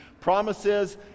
promises